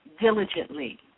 diligently